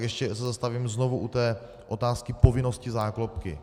Ještě se zastavím znovu u té otázky povinnosti záklopky.